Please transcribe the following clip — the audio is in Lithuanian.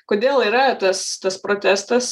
kodėl yra tas tas protestas